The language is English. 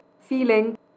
feeling